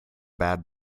bad